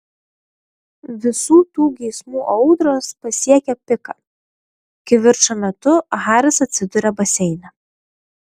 visų tų geismų audros pasiekia piką kivirčo metu haris atsiduria baseine